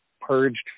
purged